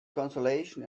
consolation